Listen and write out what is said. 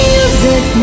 Music